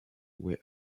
were